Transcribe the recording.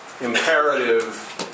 imperative